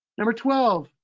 number twelve,